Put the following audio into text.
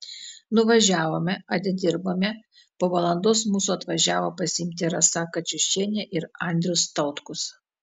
nuvažiavome atidirbome po valandos mūsų atvažiavo pasiimti rasa kačiušienė ir andrius tautkus